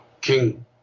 King